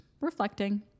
reflecting